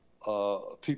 people